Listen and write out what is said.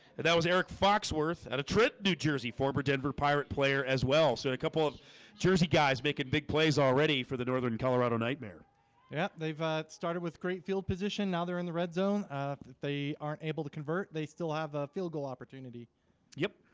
that was eric fox worth at a trip new jersey former denver pirate player as well so a couple of jersey guys making big plays already for the northern, colorado nightmare yeah, they've ah started with great field position now, they're in the red zone they aren't able to convert they still have a field goal opportunity yep,